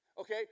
Okay